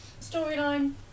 storyline